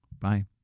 Bye